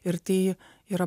ir tai yra